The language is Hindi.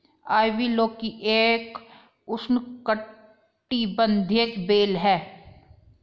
आइवी लौकी एक उष्णकटिबंधीय बेल है